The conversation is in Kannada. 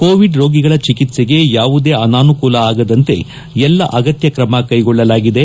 ಕೋವಿಡ್ ರೋಗಿಗಳ ಚಿಕಿತ್ಸೆಗೆ ಯಾವುದೇ ಅನಾನುಕೂಲ ಆಗದಂತೆ ಎಲ್ಲಾ ಅಗತ್ಯ ಕ್ರಮ ಕೈಗೊಳ್ಳಲಾಗಿದೆ